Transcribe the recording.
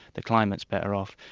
the climate's better off,